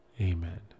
Amen